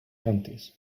counties